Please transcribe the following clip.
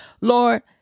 Lord